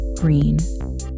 green